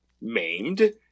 maimed